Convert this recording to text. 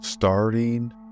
Starting